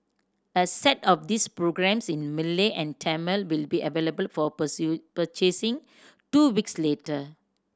a set of these programmes in Malay and Tamil will be available for pursuit purchasing two weeks later